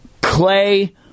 Clay